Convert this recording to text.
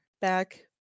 back